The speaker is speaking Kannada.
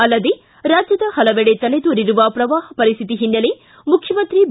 ಅಲ್ಲದೇ ರಾಜ್ಯದ ಹಲವೆಡೆ ತಲೆದೋರಿರುವ ಪ್ರವಾಹ ಪರಿಸ್ಟಿತಿ ಹಿನ್ನೆಲೆ ಮುಖ್ಯಮಂತ್ರಿ ಬಿ